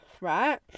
Right